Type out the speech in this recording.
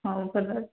ହଉ ଭଲ ଅଛି